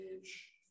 age